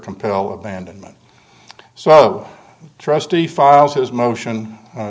compel abandonment so trustee files his motion